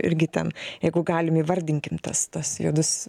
irgi ten jeigu galim įvardinkim tas tas juodus